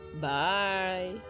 Bye